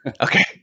okay